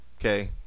Okay